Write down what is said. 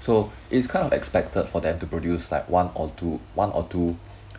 so it's kind of expected for them to produce like one or two one or two